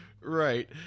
Right